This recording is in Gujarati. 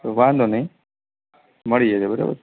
તો વાંધો નહીં મળીએ છે બરાબર